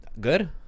good